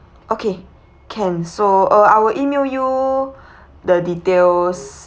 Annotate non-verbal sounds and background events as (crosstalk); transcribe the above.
okay can so uh I will email you (breath) the details